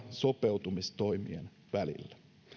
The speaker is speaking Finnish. sopeutumistoimien välillä